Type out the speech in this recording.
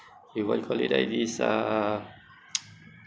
eh what you call it like this uh